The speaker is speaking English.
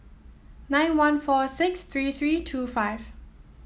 nine one four six three three two five